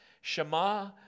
Shema